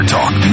Talk